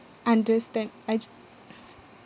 understand I ju~